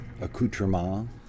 accoutrement